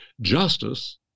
justice